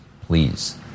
Please